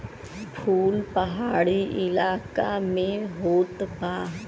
फूल पहाड़ी इलाका में होत बा